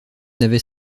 n’avait